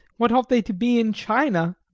what ought they to be in china?